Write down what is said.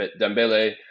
Dembele